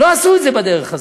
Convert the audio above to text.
לא עשו את זה בדרך הזאת.